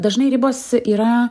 dažnai ribos yra